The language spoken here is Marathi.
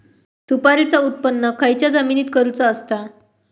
सुपारीचा उत्त्पन खयच्या जमिनीत करूचा असता?